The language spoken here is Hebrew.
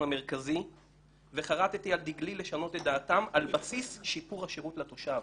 המרכזי וחרטתי על דגלי לשנות את דעתם על בסיס שיפור השירות לתושב.